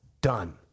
done